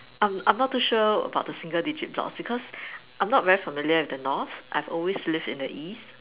I'm I'm not too sure about the single digit blocks because I'm not familiar with the North I've always lived in the east